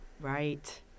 Right